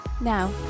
Now